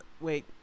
Wait